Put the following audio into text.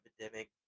epidemic